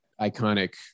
iconic